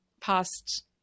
past